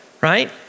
right